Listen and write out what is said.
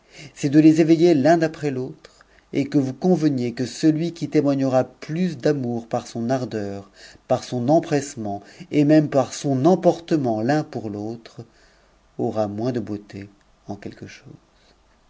est de les éveiller un après et que vous n nvctuez que celui qui témoignera plus d'amour par son ardeur par son nm'pssement et même par son emportement l'un pour l'autre aura mins de beauté en quelque chose